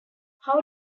how